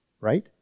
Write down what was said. right